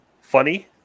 funny